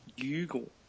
Google